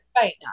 Right